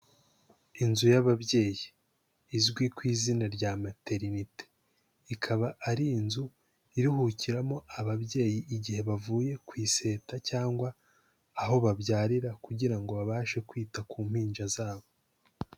Inzu y'ababyeyi, izwi ku izina rya materite, ikaba ari inzu iruhukiramo ababyeyi igihe bavuye ku iseta cyangwa aho babyarira kugira ngo babashe kwita ku mpinja zabo.